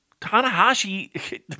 Tanahashi